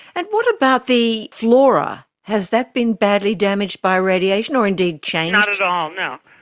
and what about the flora? has that been badly damaged by radiation or indeed changed? not at all, no.